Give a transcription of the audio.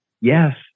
Yes